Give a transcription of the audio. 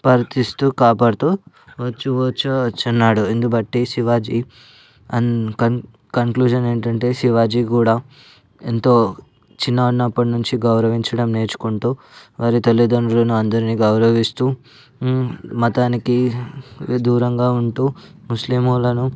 పరీక్షీస్తూ కాపాడుతూ వచ్చు వచ్చు వచ్చియున్నాడు దీన్నిబట్టి శివాజీ కం కంక్లూషన్ ఏంటంటే శివాజీ కూడా ఎంతో చిన్నగా ఉన్నప్పటి నుంచి గౌరవించడం నేర్చుకుంటూ వారి తల్లిదండ్రులను అందరినీ గౌరవిస్తూ మతానికి దూరంగా ఉంటూ ముస్లిములను